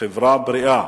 חברה בריאה.